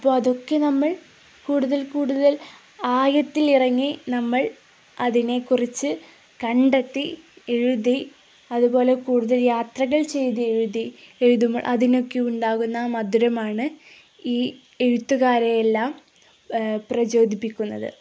അപ്പോള് അതൊക്കെ നമ്മൾ കൂടുതൽ കൂടുതൽ ആഴത്തിലിറങ്ങി നമ്മൾ അതിനെക്കുറിച്ചു കണ്ടെത്തി എഴുതി അതുപോലെ കൂടുതൽ യാത്രകൾ ചെയ്ത് എഴുതി എഴുതുമ്പോൾ അതിനൊക്കെ ഉണ്ടാകുന്ന മധുരമാണ് ഈ എഴുത്തുകാരെയെല്ലാം പ്രചോദിപ്പിക്കുന്നത്